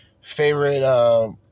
favorite